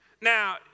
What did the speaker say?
Now